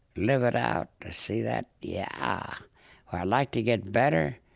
live it out to see that? yeah. would i like to get better?